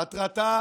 מטרתה